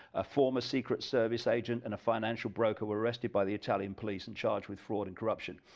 a former secret service agent and a financial broker were arrested by the italian police and charged with fraud and corruption,